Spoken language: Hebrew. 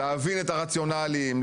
להבין את הרציונלים,